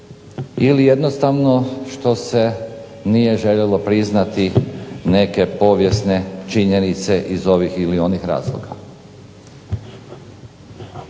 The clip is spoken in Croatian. ili jednostavno što se nije željelo priznati neke povijesne činjenice iz ovih ili onih razloga.